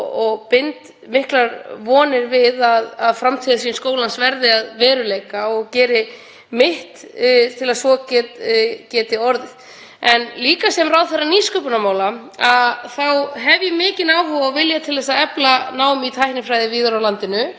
orðið. Sem ráðherra nýsköpunarmála hef ég líka mikinn áhuga og vilja til að efla nám í tæknifræði víðar á landinu en bara í Reykjavík. Hér er verið að ræða fjölfaglegt nám með mjög skýrar tengingar við nýsköpun og tækniþróun í atvinnulífinu öllu